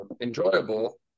enjoyable